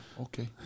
okay